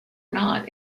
not